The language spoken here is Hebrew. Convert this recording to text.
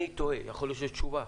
אני תוהה יכול להיות שיש תשובה,